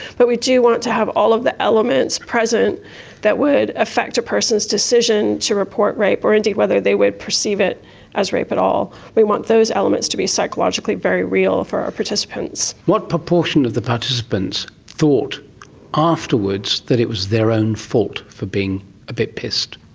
but we do want to have all the elements present that would affect a person's decision to report rape or indeed whether they would perceive it as rape at all. we want those elements to be psychologically very real for our participants. what proportion of the participants thought afterwards that it was their own fault for being a bit pissed?